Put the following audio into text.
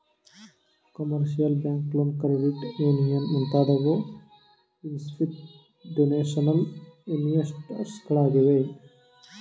commercial bank loan, credit union ಮುಂತಾದವು institutional investors ಗಳಾಗಿವೆ